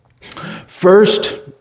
First